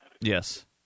Yes